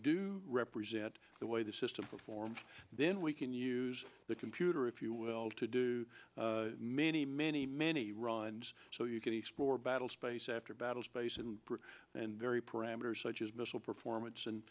do represent the way the system performs then we can use the computer if you will to do many many many runs so you can explore battle space after battle space and very parameters such as missile performance and